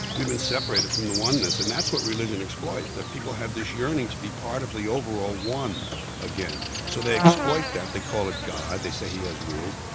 we've been separated from the oneness, and that's what religion exploits. that people have this yearning to be part of the overall one again. so they exploit that. they call it god, they say he has rules,